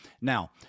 Now